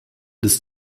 des